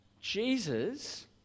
Jesus